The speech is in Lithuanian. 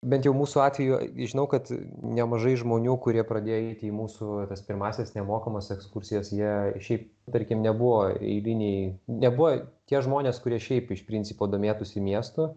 bent jau mūsų atveju žinau kad nemažai žmonių kurie pradėjo eiti į mūsų tas pirmąsias nemokamas ekskursijas jie šiaip tarkim nebuvo eiliniai nebuvo tie žmonės kurie šiaip iš principo domėtųsi miestu